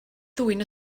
ddwyn